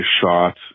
shot